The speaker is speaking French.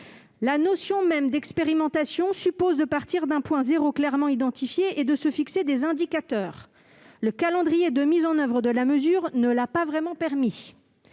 La notion même d'expérimentation suppose de partir d'un point 0 clairement identifié et de se fixer des indicateurs. Le calendrier de mise en oeuvre de la mesure ne l'a pas vraiment permis.